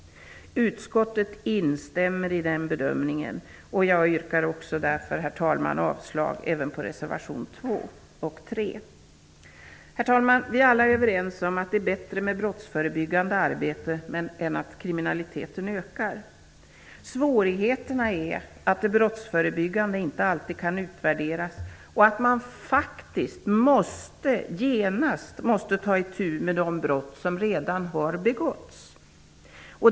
Utskottet instämmer i den bedömningen, och jag yrkar därför, herr talman, avslag även på reservationerna Herr talman! Vi är alla överens om att det är bättre med brottsförebyggande arbete än att kriminaliteten ökar. Svårigheterna är att det brottsförebyggande inte alltid kan utvärderas och att man faktiskt genast måste ta itu med de brott som redan har begåtts.